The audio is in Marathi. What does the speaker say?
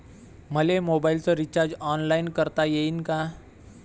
मले मोबाईलच रिचार्ज ऑनलाईन करता येईन का?